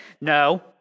no